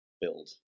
build